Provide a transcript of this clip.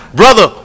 brother